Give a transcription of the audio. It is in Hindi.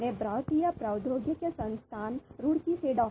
मैं भारतीय प्रौद्योगिकी संस्थान रुड़की से डॉ